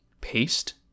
paste